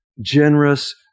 generous